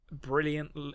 brilliant